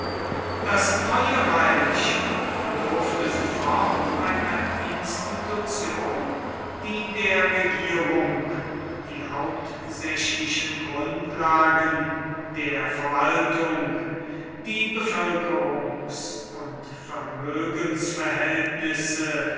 das neue reich bedurfte sofort einer institution die der regierung die hauptsächlichen grundlagen der verwaltung die bevölkerungs und vermögensverhältnisse